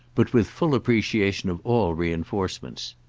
but with full appreciation of all re-enforcements.